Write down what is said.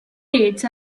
dates